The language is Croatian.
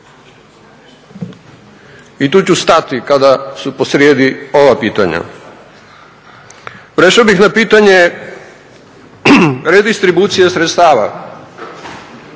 I tu ću stati kada su posrijedi ova pitanja. Prešao bih na pitanje redistribucije sredstava